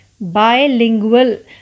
Bilingual